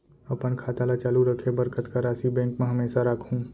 अपन खाता ल चालू रखे बर कतका राशि बैंक म हमेशा राखहूँ?